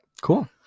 Cool